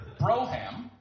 Broham